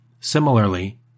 Similarly